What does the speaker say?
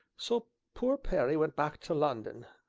so poor perry went back to london.